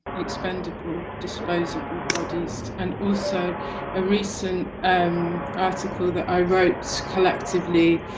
expendable disposable bodies and also a recent um article that i wrote so collectively